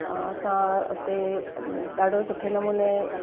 असां उते ॾाढो सुठे नमूने